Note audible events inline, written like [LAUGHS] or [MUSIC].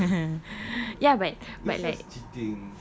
[LAUGHS] ya but but like